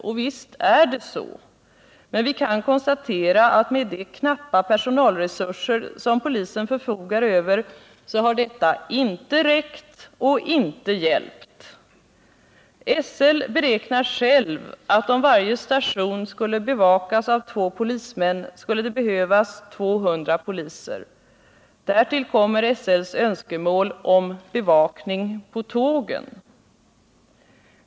Och visst är det så, men vi kan konstatera att med de knappa personalresurser som polisen förfogar över så har detta inte räckt och inte hjälpt. SL beräknar själv att om varje station skulle bevakas av två polismän skulle det behövas 200 poliser. Därtill kommer SL:s önskemål om bevakning på tågen.